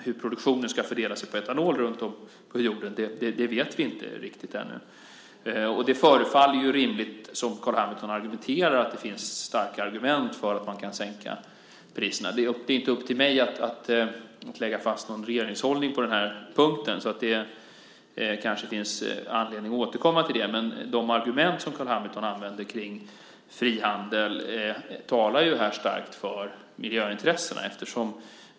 Hur produktionen av etanol ska fördela sig runtom på jorden vet vi inte riktigt ännu. Det förefaller dock finnas starka argument, precis som Carl Hamilton säger, för att man kan sänka priserna. Det är inte upp till mig att lägga fast någon regeringshållning på den punkten. Det kanske finns anledning att återkomma till detta. Men de argument som Carl Hamilton använder kring frihandel talar ju starkt för miljöintressena.